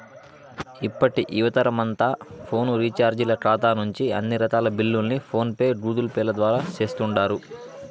ఇప్పటి యువతరమంతా ఫోను రీచార్జీల కాతా నుంచి అన్ని రకాల బిల్లుల్ని ఫోన్ పే, గూగుల్పేల ద్వారా సేస్తుండారు